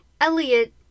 Elliot